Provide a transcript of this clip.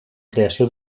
creació